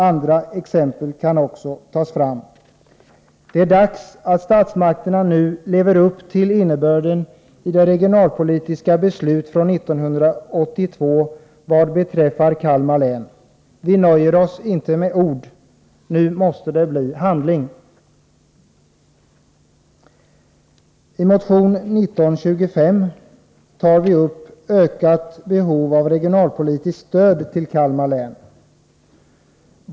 Andra exempel kan också tas fram. Det är dags att statsmakterna nu lever upp till innebörden i det regionalpolitiska beslutet från 1982 vad beträffar Kalmar län. Vi nöjer oss inte med ord. Nu måste det bli handling! I motion 1925 tar vi upp ökat behov av regionalpolitiskt stöd till Kalmar län.